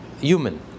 human